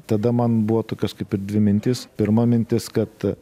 tada man buvo tokios kaip ir dvi mintys pirma mintis kad